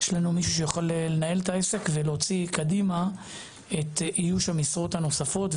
יש לנו מישהו שיכול לנהל את העסק ולהוציא קדימה את איוש המשרות הנוספות,